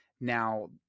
now